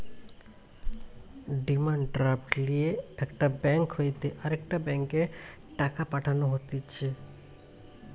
demand draft লিয়ে একটা bank হইতে আরেকটা ব্যাংকে টাকা পাঠানো হতিছে